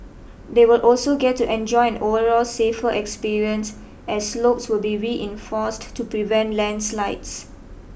they will also get to enjoy an overall safer experience as slopes will be reinforced to prevent landslides